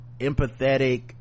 empathetic